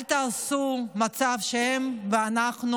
אל תעשו מצב של הם ואנחנו,